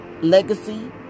Legacy